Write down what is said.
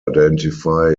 identify